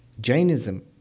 Jainism